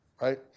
right